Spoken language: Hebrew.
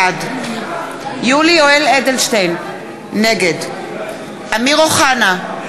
בעד יולי יואל אדלשטיין, נגד אמיר אוחנה,